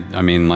i mean,